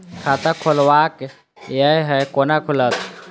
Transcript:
खाता खोलवाक यै है कोना खुलत?